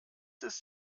ist